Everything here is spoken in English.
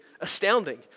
astounding